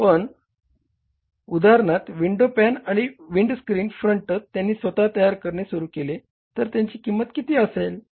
पण उदाहरणार्थ window pane आणि विंडस्क्रीन फ्रंट त्यांनी स्वतः तयार करणे सुरू केले तर त्याची किंमत किती असेल